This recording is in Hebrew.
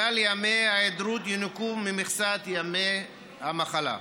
כלל ימי היעדרותו ינוכו ממכסת ימי המחלה.